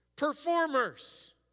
Performers